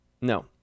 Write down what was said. No